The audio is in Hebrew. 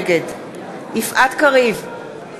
נגד יפעת קריב, נגד